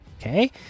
okay